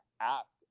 ask